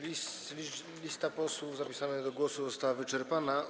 Lista posłów zapisanych do głosu została wyczerpana.